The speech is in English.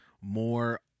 more